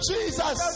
Jesus